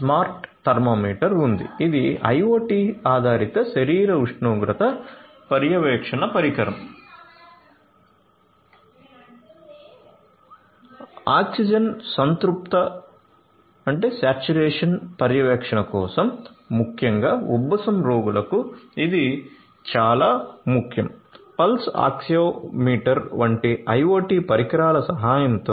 smart thermometer ఉంది ఇది IOT ఆధారిత శరీర ఉష్ణోగ్రత పర్యవేక్షణ పరికరం